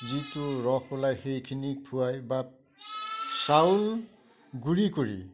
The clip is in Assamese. যিটো ৰস ওলায় সেইখিনি খোৱাই বা চাউল গুড়ি কৰি